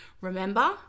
Remember